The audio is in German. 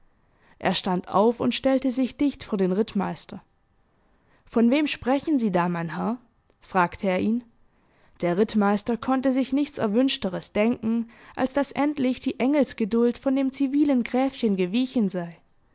er stand auf und stellte sich dicht vor den rittmeister von wem sprechen sie da mein herr fragte er ihn der rittmeister konnte sich nichts erwünschteres denken als daß endlich die engelsgeduld von dem zivilen gräfchen gewichen sei